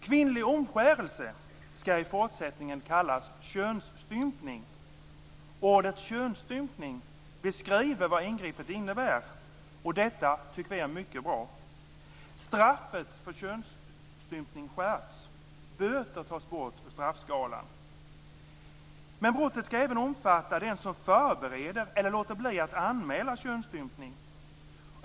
Kvinnlig omskärelse skall i fortsättningen kallas könsstympning. Ordet könsstympning beskriver vad ingreppet innebär. Detta är mycket bra. Straffet för könsstympning skärps. Böter tas bort ur straffskalan. Brottet skall även omfatta den som förbereder eller låter bli att anmäla könsstympning.